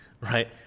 right